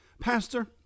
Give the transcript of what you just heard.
Pastor